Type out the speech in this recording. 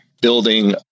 building